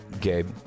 Gabe